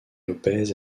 lópez